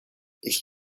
ich